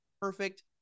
perfect